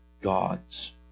God's